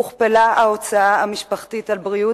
הוכפלה ההוצאה המשפחתית על בריאות,